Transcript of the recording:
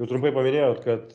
jūs trumpai paminėjot kad